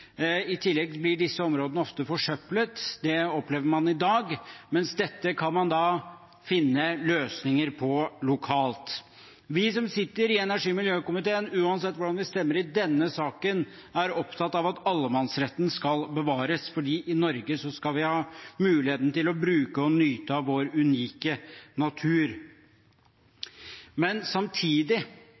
i tillegg blir disse områdene ofte forsøplet, men dette kan man finne løsninger på lokalt. Vi som sitter i energi- og miljøkomiteen – uansett hvordan vi stemmer i denne saken – er opptatt av at allemannsretten skal bevares, for i Norge skal vi ha muligheten til å bruke og nyte av vår unike natur. Samtidig